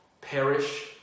perish